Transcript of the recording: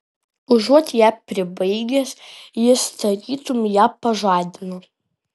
užuot ją pribaigęs jis tarytum ją pažadino